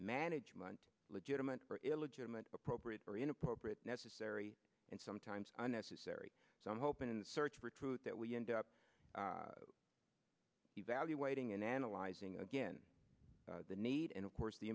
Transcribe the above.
management legitimate or illegitimate appropriate or inappropriate necessary and sometimes unnecessary so i'm hoping in the search for truth that we end up evaluating and analyzing again the need and of course the